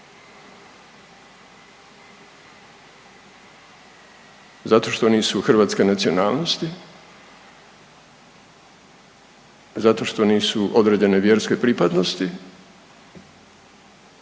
Zato što nisu hrvatske nacionalnosti, zato što nisu određene vjerske pripadnosti,